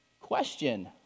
question